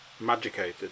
Magicated